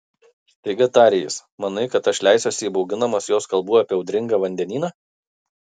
staiga tarė jis manai kad aš leisiuosi įbauginamas jos kalbų apie audringą vandenyną